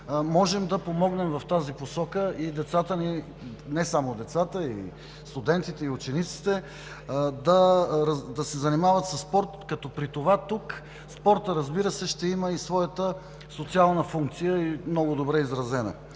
Можем да помогнем в тази посока на децата, не само на децата, а и на студентите, и на учениците да се занимават със спорт, като при това тук спортът, разбира се, ще има и своята много добре изразена